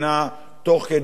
תוך כדי עימות